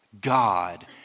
God